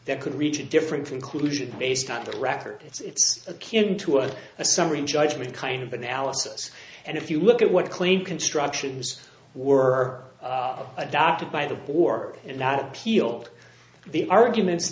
that could reach a different conclusion based on that record it's a kin to us a summary judgment kind of analysis and if you look at what claim constructions were adopted by the board and not appealed the arguments